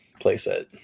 playset